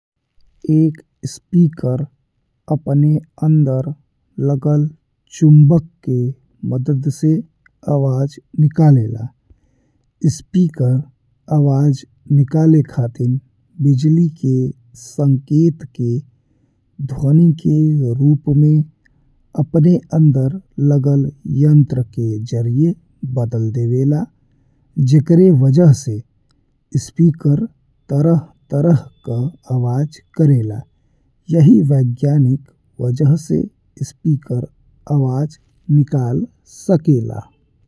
एक स्पीकर अपने अंदर लागल चुम्बक के मदद से आवाज निकालेला, स्पीकर आवाज निकाले खातिर बिजली के संकेत के ध्वनि के रूप में अपने अंदर लागल यंत्र के जरिये बदल देवेला। जेकर वजह से स्पीकर तरह-तरह का आवाज करेला, यहीं वैज्ञानिक वजह से स्पीकर आवाज निकाल सकेला।